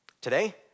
Today